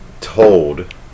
told